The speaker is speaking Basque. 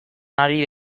ari